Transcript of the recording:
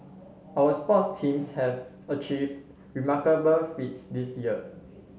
our sports teams have achieved remarkable feats this year